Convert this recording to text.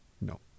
No